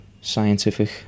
scientific